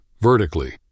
vertically